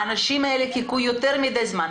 האנשים האלה חיכו יותר מדי זמן.